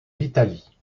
l’italie